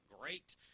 great